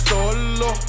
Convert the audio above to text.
Solo